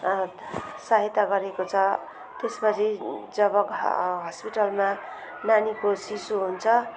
सहायता गरेको छ त्यसपछि जब हस्पिटलमा नानीको शिशु हुन्छ